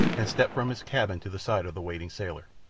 and stepped from his cabin to the side of the waiting sailor.